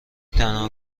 تنها